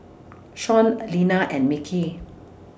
Sean Lina and Mickey